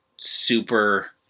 super